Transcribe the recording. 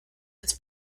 its